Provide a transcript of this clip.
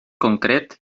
concret